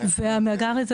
המאגר הזה